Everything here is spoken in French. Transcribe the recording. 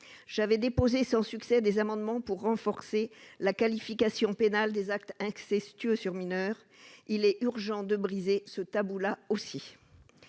J'avais déposé, sans succès, des amendements pour renforcer la qualification pénale des actes incestueux sur mineur. Il est urgent de briser aussi